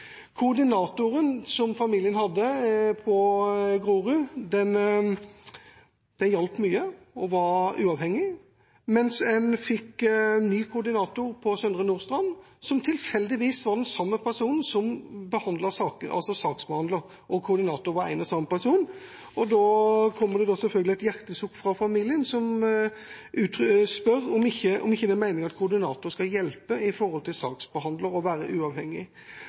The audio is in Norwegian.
Koordinatoren som familien hadde på Grorud, hjalp til mye og var uavhengig, mens de fikk ny koordinator på Søndre Nordstrand som tilfeldigvis var den samme personen som behandlet saka. Saksbehandler og koordinator var én og samme person. Da kommer det selvfølgelig et hjertesukk fra familien, som spør om det ikke er meningen at koordinator skal hjelpe til overfor saksbehandler og være uavhengig.